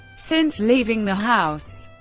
since leaving the house,